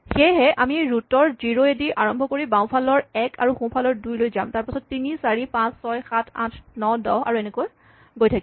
সেয়ে আমি ৰোট ৰ জিৰ' এদি আৰম্ভ কৰি বাওঁফালৰ এক আৰু সোঁফালৰ দুই লৈ যাম তাৰপাছত তিনি চাৰি পাঁচ ছয় সাত আঠ ন দহ আৰু এনেকৈ গৈ থাকিম